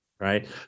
Right